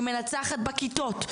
היא מנצחת בכיתות.